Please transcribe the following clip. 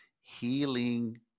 healing